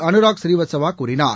அனுராக் பூரீவத்ஸ்சவா கூறினார்